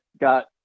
got